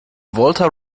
volta